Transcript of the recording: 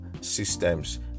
systems